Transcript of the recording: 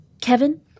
Kevin